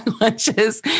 lunches